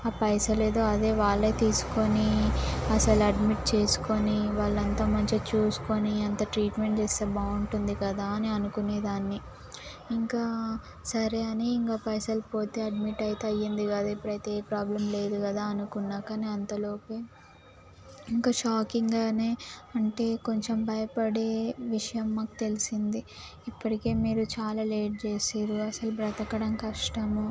ఆ పైసలు ఏదో అదే వాళ్ళే తీసుకొని అసలు అడ్మిట్ చేసుకొని వాళ్ళంతా మంచి చూసుకొని అంత ట్రీట్మెంట్ చేస్తే బాగుంటుంది కదా అని అనుకునేదాన్ని ఇంకా సరే అని ఇంకా పైసలు పోతే అడ్మిట్ అయితే అయ్యింది కదా ఇప్పుడైతే ఏ ప్రాబ్లం లేదు కదా అనుకున్న కాని అంతలోపే ఇంకా షాకింగ్గానే అంటే కొంచెం భయపడే విషయం మాకు తెలిసింది ఇప్పటికే మీరు చాలా లేట్ చేసిర్రు అసలు బ్రతకడం కష్టము